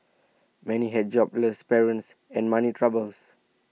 many had jobless parents and money troubles